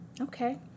Okay